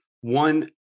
One